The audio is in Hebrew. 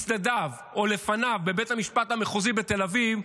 מצדדיו או לפניו בבית המשפט המחוזי בתל אביב,